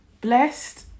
Blessed